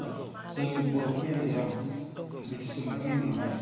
ओह जोंनि बर'फोरनि गेजेराव बिटिसि मोनखांनायनि उनावहाय